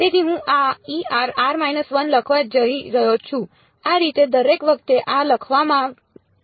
તેથી હું આ લખવા જઈ રહ્યો છું આ રીતે દરેક વખતે આ લખવામાં બળતરા થાય છે